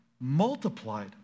multiplied